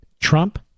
Trump